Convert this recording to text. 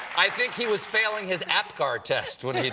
i think he was failing his apcar test when